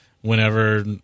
whenever